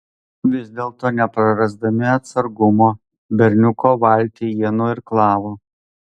vis dėlto neprarasdami atsargumo berniuko valtį jie nuirklavo